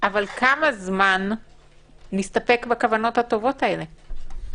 אך כמה זמן נסתפק בכוונות הטובות האלה?